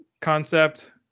concept